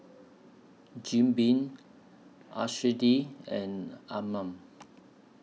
Jim Beam and Anmum